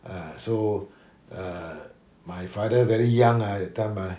ya so err my father very young ah that time mah